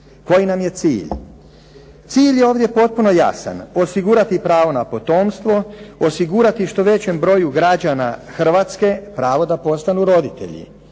Koji nam je cilj? Cilj je ovdje potpuno jasan, osigurati pravo na potomstvo, osigurati što većem broju građana Hrvatske pravo da postanu roditelji.